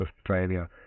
Australia